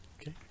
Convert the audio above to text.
Okay